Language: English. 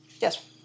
Yes